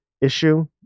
issue